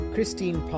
Christine